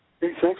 thanks